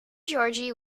georgi